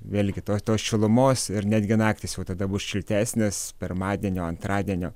vėlgi to tos šilumos ir netgi naktys jau tada bus šiltesnės pirmadienio antradienio